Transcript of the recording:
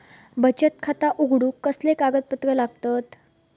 बचत खाता उघडूक कसले कागदपत्र लागतत?